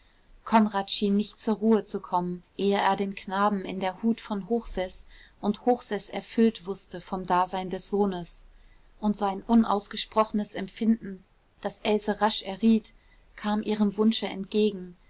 konrad schien nicht zur ruhe zu kommen ehe er den knaben in der hut von hochseß und hochseß erfüllt wußte vom dasein des sohnes und sein unausgesprochenes empfinden das else rasch erriet kam ihrem wunsche entgegen